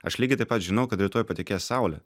aš lygiai taip pat žinau kad rytoj patekės saulė